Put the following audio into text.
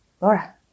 Laura